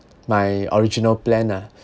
my original plan ah